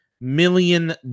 million